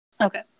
Okay